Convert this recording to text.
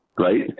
right